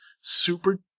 super